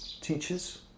teachers